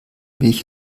milch